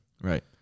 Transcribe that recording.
Right